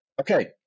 Okay